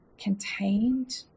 contained